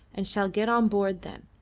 and shall get on board then.